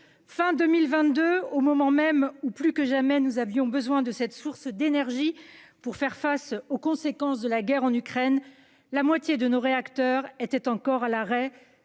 Fin 2022, au moment même où, plus que jamais, nous avions besoin de cette source d'énergie pour faire face aux conséquences de la guerre en Ukraine, la moitié de nos réacteurs était encore à l'arrêt,